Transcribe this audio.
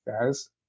guys